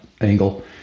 angle